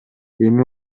эми